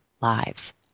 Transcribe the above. lives